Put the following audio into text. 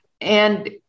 And-